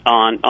on